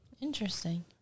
Interesting